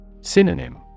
Synonym